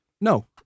No